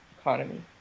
economy